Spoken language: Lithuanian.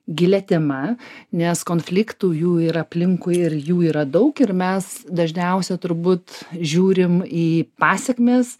gilia tema nes konfliktų jų ir aplinkui ir jų yra daug ir mes dažniausia turbūt žiūrim į pasekmes